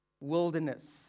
wilderness